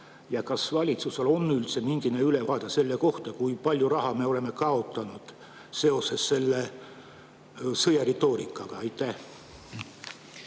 Kas valitsusel on üldse mingi ülevaade selle kohta, kui palju raha me oleme kaotanud seoses selle sõjaretoorikaga? Aitäh,